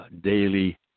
daily